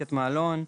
רכישת מעלון.